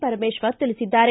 ಪರಮೇಶ್ವರ ತಿಳಿಸಿದ್ದಾರೆ